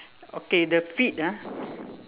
okay the feet ah